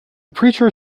preacher